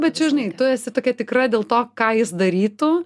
bet čia žinai tu esi tokia tikra dėl to ką jis darytų